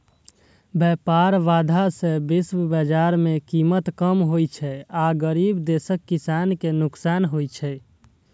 व्यापार बाधा सं विश्व बाजार मे कीमत कम होइ छै आ गरीब देशक किसान कें नुकसान होइ छै